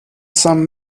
some